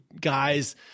guys